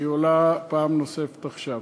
והיא עולה פעם נוספת עכשיו.